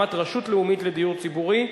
הקמת רשות לאומית לדיור הציבורי).